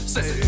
Say